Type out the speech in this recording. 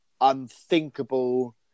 unthinkable